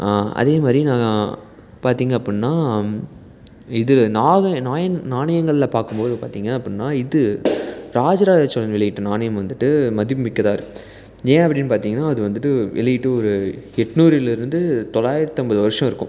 அதேமாதிரி நான் பார்த்தீங்க அப்புடினா இது நான் நாணயங்களில் பார்க்கும்போது பார்த்தீங்க அப்புடினா இது ராஜராஜ சோழன் வெளியிட்ட நாணயம் வந்துட்டு மதிப்பு மிக்கதாக இருக்குது ஏன் அப்படின்னு பார்த்தீங்கனா அது வந்துட்டு வெளியிட்டு ஒரு எட்நூறிலிருந்து தொள்ளாயிரத்தி ஐம்பது வருஷம் இருக்கும்